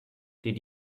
did